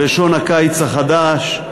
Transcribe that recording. בשעון הקיץ החדש.